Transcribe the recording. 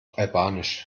albanisch